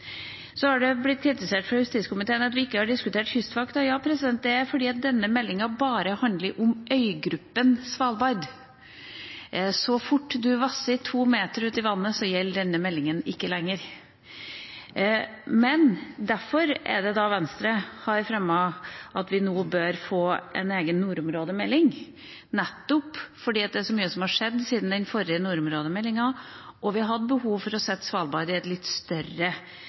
justiskomiteen for at vi ikke har diskutert Kystvakta. Ja, det er fordi denne meldinga bare handler om øygruppa Svalbard. Så fort man vasser to meter ut i vannet, gjelder ikke denne meldinga lenger. Derfor har Venstre fremmet at vi nå bør få en egen nordområdemelding, nettopp fordi det er så mye som har skjedd siden den forrige nordområdemeldinga, og vi har hatt behov for å se Svalbard i et litt større